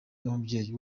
n’umubyeyi